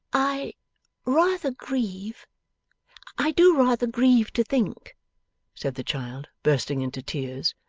i rather grieve i do rather grieve to think said the child, bursting into tears,